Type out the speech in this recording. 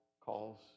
calls